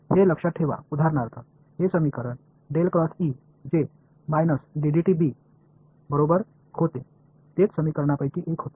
हे लक्षात ठेवा उदाहरणार्थ हे समीकरण जे बरोबर होते तेच समीकरणांपैकी एक होते